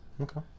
Okay